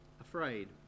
afraid